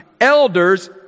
elders